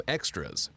Extras